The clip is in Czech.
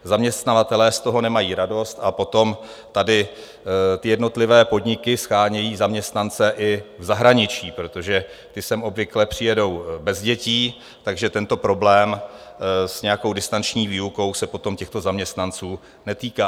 Zaměstnavatelé z toho nemají radost a potom tady ty jednotlivé podniky shánějí zaměstnance i v zahraničí, protože ti sem obvykle přijedou bez dětí, takže tento problém s distanční výukou se potom těchto zaměstnanců netýká.